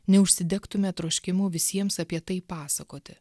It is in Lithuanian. neužsidegtume troškimu visiems apie tai pasakoti